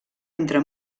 entre